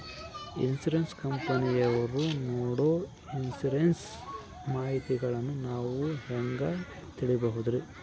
Insurance ಕಂಪನಿಯವರು ನೇಡೊ insurance ಮಾಹಿತಿಗಳನ್ನು ನಾವು ಹೆಂಗ ತಿಳಿಬಹುದ್ರಿ?